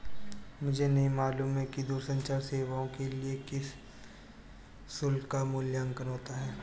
मुझे नहीं मालूम कि दूरसंचार सेवाओं के लिए किस शुल्क का मूल्यांकन होता है?